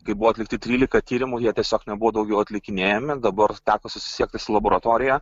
kai buvo atlikti trylika tyrimų jie tiesiog nebuvo daugiau atlikinėjami dabar teko susisiekti su laboratorija